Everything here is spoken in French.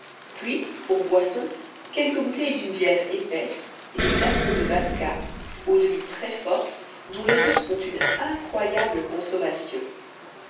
puis pour boisson quelques bouteilles d'une bière épaisse et des flacons de vadka eau-de-vie très forte dont les russes font une incroyable consommation